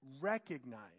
recognize